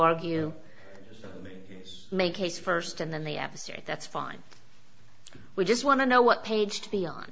argue make case first and then the avocet that's fine we just want to know what page to be on